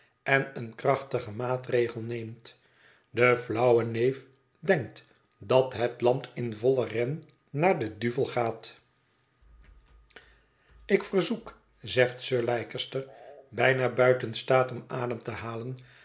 en een krachtigen maatregel neemt de flauwe neef denkt dat het land in vollen ren naar den duvel gaat ik verzoek zegt sir leicester bijna buiten staat om adem te halen